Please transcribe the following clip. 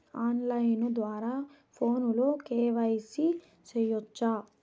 on line ద్వారా ఫోనులో KYC సేయొచ్చా